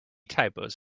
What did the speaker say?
typos